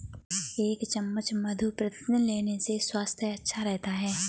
एक चम्मच मधु प्रतिदिन लेने से स्वास्थ्य अच्छा रहता है